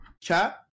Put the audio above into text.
chat